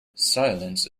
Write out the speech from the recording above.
silence